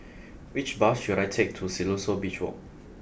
which bus should I take to Siloso Beach Walk